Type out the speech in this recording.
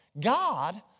God